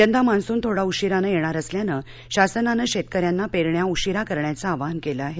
यंदा मान्सून थोडा उशिरानं येणार असल्याने शासनानं शेतकऱ्यांना पेरण्या उशीरा करण्याचं आवाहन केलं आहे